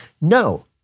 no